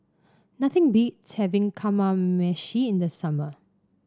nothing beats having Kamameshi in the summer